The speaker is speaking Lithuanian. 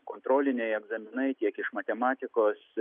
kontroliniai egzaminai tiek iš matematikos